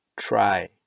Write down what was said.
Try